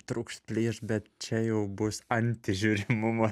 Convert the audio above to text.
trūks plyš bet čia jau bus antižiūrimumo